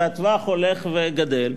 והטווח הולך וגדל?